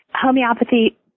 Homeopathy